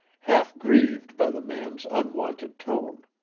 half grieved by the man's unwonted tone.